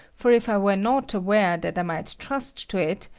for if i were not aware that i might trust to it,